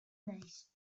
naiz